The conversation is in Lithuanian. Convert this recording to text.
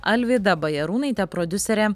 alvyda bajarūnaitė prodiuserė